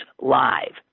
live